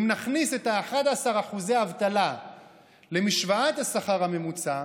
אם נכניס את 11% אחוזי האבטלה למשוואת השכר הממוצע,